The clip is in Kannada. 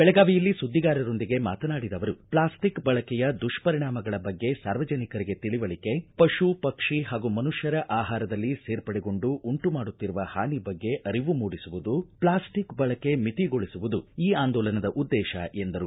ಬೆಳಗಾವಿಯಲ್ಲಿ ಸುದ್ದಿಗಾರರೊಂದಿಗೆ ಮಾತನಾಡಿದ ಅವರು ಪ್ಲಾಸ್ಟಿಕ್ ಬಳಕೆಯ ದುಷ್ಷರಿಣಾಮಗಳ ಬಗ್ಗೆ ಸಾರ್ವಜನಿಕರಿಗೆ ತಿಳಿವಳಿಕೆ ಪಶು ಪಕ್ಷಿ ಹಾಗೂ ಮನುಷ್ಕರ ಆಹಾರದಲ್ಲಿ ಸೇರ್ಪಡೆಗೊಂಡು ಉಂಟು ಮಾಡುತ್ತಿರುವ ಹಾನಿ ಬಗ್ಗೆ ಅರಿವು ಮೂಡಿಸುವುದು ಪ್ಲಾಸ್ಟಿಕ್ ಬಳಕೆ ಮಿತಿ ಗೊಳಿಸುವುದು ಈ ಆಂದೋಲನದ ಉದ್ದೇಶ ಎಂದರು